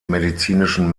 medizinischen